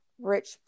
rich